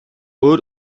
өөр